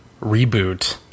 reboot